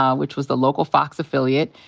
um which was the local fox affiliate.